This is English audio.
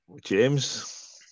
James